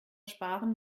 sparen